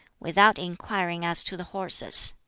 without inquiring as to the horses.